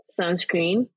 sunscreen